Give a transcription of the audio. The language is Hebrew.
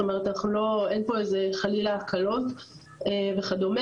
זאת אומרת אין פה חלילה הקלות וכדומה.